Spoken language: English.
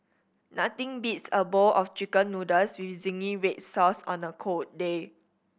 nothing beats a bowl of Chicken Noodles with zingy red sauce on a cold day